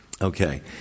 Okay